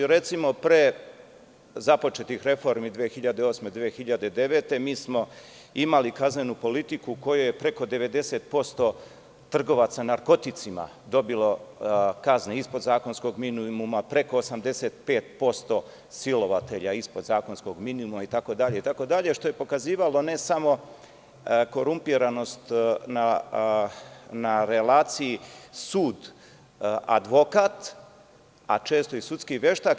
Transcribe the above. Recimo, pre započetih reformi 2008, 2009. godine, mi smo imali kaznenu politiku u kojoj je preko 90% trgovaca narkoticima dobilo kazne ispod zakonskog minimuma, preko 85% silovatelja ispod zakonskog minimuma, itd, što je pokazivalo ne samo korumpiranost na relaciji sud – advokat, a često i sudski veštak.